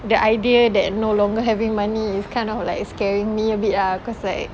the idea that no longer having money is kind of like scaring me a bit ah cause like